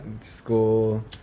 school